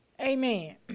Amen